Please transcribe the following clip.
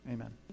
Amen